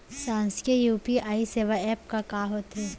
शासकीय यू.पी.आई सेवा एप का का होथे?